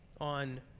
on